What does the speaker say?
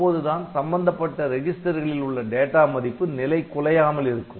அப்போதுதான் சம்பந்தப்பட்டரெஜிஸ்டர்களில் உள்ள டேட்டா மதிப்பு நிலைகுலையாமல் இருக்கும்